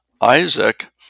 isaac